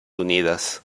unidas